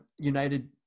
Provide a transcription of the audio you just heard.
United